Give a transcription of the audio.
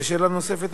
ושאלה נוספת,